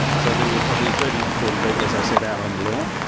so there were probably thirty to forty people as i said out on the lawn.